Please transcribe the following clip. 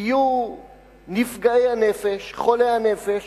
יהיו נפגעי הנפש, חולי הנפש